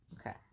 Okay